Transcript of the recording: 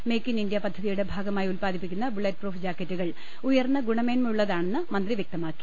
make in India പദ്ധതിയുടെ ഭാഗമായി ഉൽപാദിപ്പിക്കുന്ന ബുള്ളറ്റ് പ്രൂഫ് ജാക്കറ്റു കൾ ഉയർന്ന ഗുണമേന്മയുള്ളതാണെന്ന് മന്ത്രി വ്യക്തമാക്കി